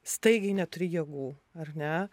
staigiai neturi jėgų ar ne